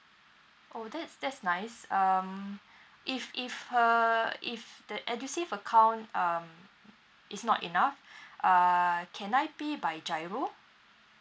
oh that's that's nice um if if uh if the edusave account um is not enough uh can I pay by giro